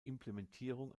implementierung